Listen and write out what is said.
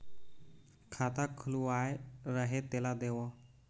खाता खुलवाय रहे तेला देव?